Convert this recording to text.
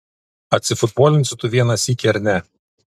atsifutbolinsi tu vieną sykį ar ne